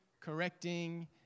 correcting